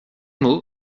mots